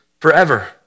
forever